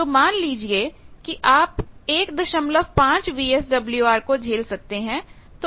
तो मान लीजिए कि आप 15 VSWRको झेल सकते हैं